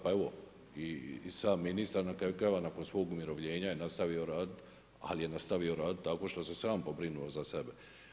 Pa evo, i sam ministar na kraju krajeva nakon svog umirovljenja je nastavio raditi, ali je nastavio raditi tako što se sam pobrinuo za sebe.